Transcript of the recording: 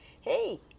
Hey